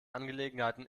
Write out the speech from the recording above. angelegenheiten